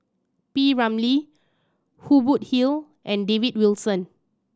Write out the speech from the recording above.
P Ramlee Hubert Hill and David Wilson